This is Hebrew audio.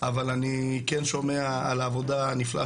אבל אני כן שומע על העבודה הנפלאה